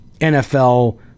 nfl